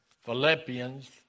Philippians